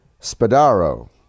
Spadaro